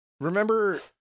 remember